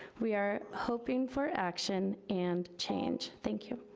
we are hoping for action and change. thank you.